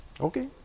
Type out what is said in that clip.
Okay